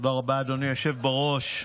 תודה רבה, אדוני היושב בראש.